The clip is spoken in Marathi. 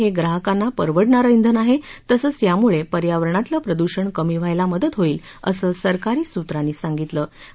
हे ग्राहकांना परवडणार श्विन आहे तसंच यामुळे पर्यावरणातलं प्रदुषण कमी व्हायला मदत होईल असं सरकारी सुत्रांनी सांगितलं आहे